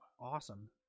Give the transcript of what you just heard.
Awesome